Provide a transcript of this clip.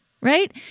Right